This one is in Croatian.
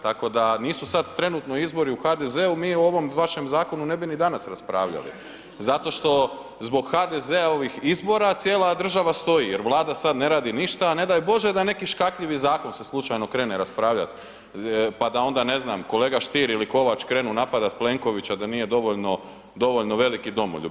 Tako da nisu sad trenutno izbori u HDZ-u mi o ovom vašem zakonu ne bi ni danas raspravljali zato što zbog HDZ-ovih izbora cijela država stoji, jer Vlada sada ne radi ništa, a ne daj Bože da je neki škakljivi zakon se slučajno krene raspravljati pa da onda ne znam kolega Stier ili Kovač krenu napadat Plenkovića da nije dovoljno, dovoljno veliki domoljub.